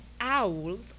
Owls